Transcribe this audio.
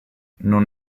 non